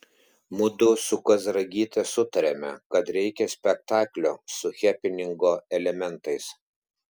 mudu su kazragyte sutarėme kad reikia spektaklio su hepeningo elementais